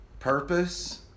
Purpose